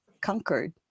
conquered